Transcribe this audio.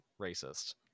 racist